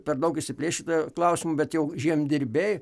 per daug išsiplėst šituo klausimu bet jau žemdirbiai